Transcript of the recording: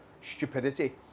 stupidity